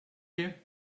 here